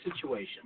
situation